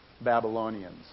Babylonians